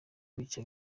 bica